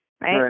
right